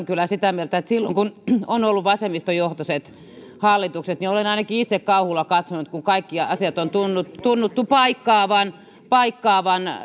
kyllä sitä mieltä että silloin kun on ollut vasemmistojohtoiset hallitukset niin olen ainakin itse kauhulla katsonut kun kaikki asiat on tunnuttu tunnuttu paikkaavan paikkaavan